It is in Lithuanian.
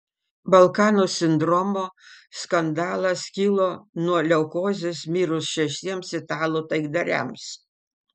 balkanų sindromo skandalas kilo nuo leukozės mirus šešiems italų taikdariams